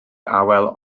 awel